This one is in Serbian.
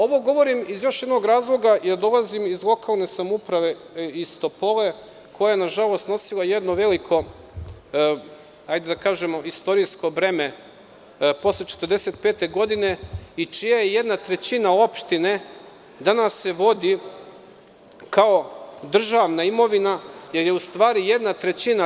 Ovo govorim iz još jednog razloga, jer dolazim iz Topole, koja je nažalost nosila jedno veliko, da kažem, istorijsko breme, posle 1945. godine, čija jedna trećina opštine danas se vodi kao državna imovina, jer je u stvari jedna trećina.